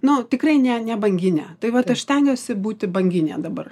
nu tikrai ne ne banginė tai vat aš stengiuosi būti banginė dabar